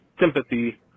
sympathy